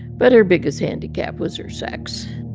but her biggest handicap was her sex.